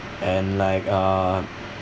and like uh